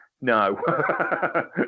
No